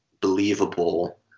believable